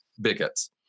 bigots